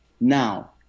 Now